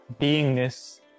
beingness